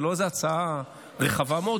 זו לא איזו הצעה רחבה מאוד,